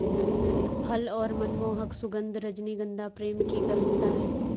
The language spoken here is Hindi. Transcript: फल और मनमोहक सुगन्ध, रजनीगंधा प्रेम की गहनता है